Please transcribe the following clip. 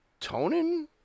Tonin